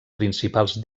principals